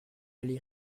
allait